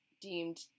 deemed